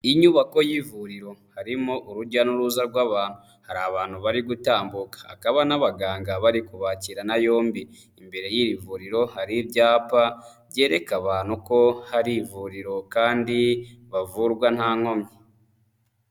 Inyubako y'ivuriro, harimo urujya n'uruza rw'abantu, hari abantu bari gutambuka, hakaba n'abaganga bari kubakirana yombi, imbere y'iri vuriro hari ibyapa byereka abantu ko hari ivuriro kandi bavurwa nta nkomyi.